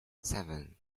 seven